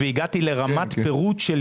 והגעתי לרמת פירוט,